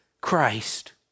Christ